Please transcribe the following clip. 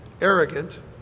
arrogant